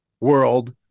world